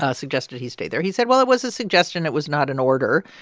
ah suggested he stay there. he said, well, it was a suggestion. it was not an order.